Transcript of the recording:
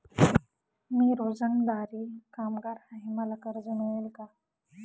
मी रोजंदारी कामगार आहे मला कर्ज मिळेल का?